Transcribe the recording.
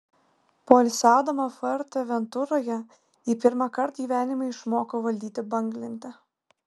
poilsiaudama fuerteventuroje ji pirmąkart gyvenime išmoko valdyti banglentę